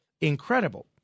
incredible